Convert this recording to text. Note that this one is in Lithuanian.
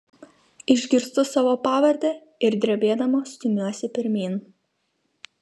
išgirstu savo pavardę ir drebėdama stumiuosi pirmyn